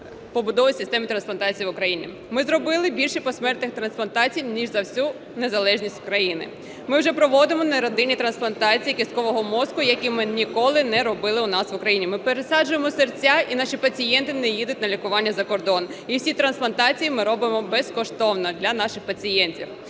побудові системи трансплантації в Україні. Ми зробили більше посмертних трансплантацій, ніж за всю незалежність України, ми вже проводимо неродинні трансплантації кісткового мозку, які ми ніколи не робили у нас в Україні. Ми пересаджуємо серця, і наші пацієнти не їдуть на лікування за кордон, і всі трансплантації ми робимо безкоштовно для наших пацієнтів.